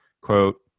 quote